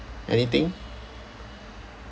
anything